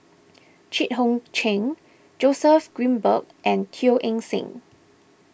Jit Koon Ch'ng Joseph Grimberg and Teo Eng Seng